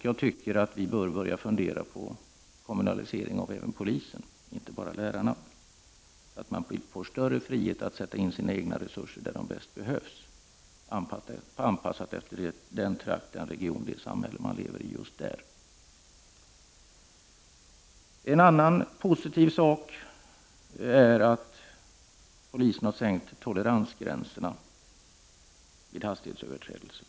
Jag tycker att vi bör börja fundera på kommunalisering även av polisen, inte bara av lärarna, så att den får större frihet att sätta in sina egna resurser där de bäst behövs, anpassat efter den trakt, den region och det samhälle man verkar i just där. En annan positiv sak är att polisen sänkt toleransgränsen för hastighets 59 överträdelser.